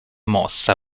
mossa